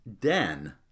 Den